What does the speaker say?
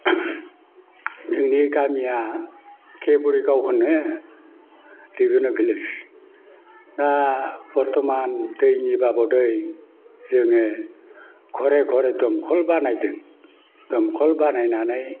जोंनि गामिया खेबोरगाव होनो रेभिनिउ भिलेज दा बरथमान दैनि बाबदै जोङो घरे घरे दंखल बानायदों दंखल बानायनानै